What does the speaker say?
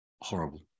Horrible